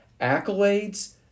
accolades